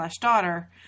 daughter